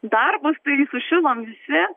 darbus tai sušilom visi